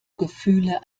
gefühle